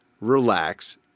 relax